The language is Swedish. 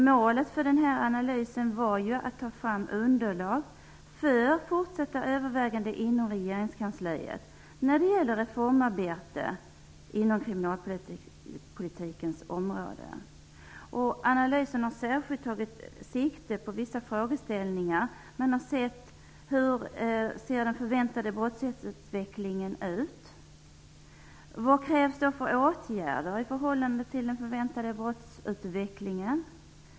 Målet för analysen var att ta fram ett underlag för fortsatta överväganden inom regeringskansliet när det gäller reformarbetet inom kriminalpolitikens område. Analysen har särskilt tagit sikte på följande frågeställningar: --Hur ser den förväntade brottsutvecklingen ut? --Vilka åtgärder krävs med tanke på den förväntade brottsutvecklingen?